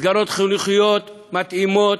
חוסר במסגרות חינוכיות מתאימות,